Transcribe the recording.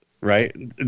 right